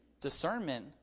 Discernment